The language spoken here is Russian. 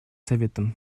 советом